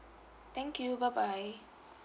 thank you bye bye